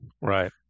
right